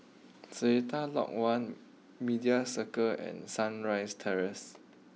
Seletar Lodge one Media Circle and Sunrise Terrace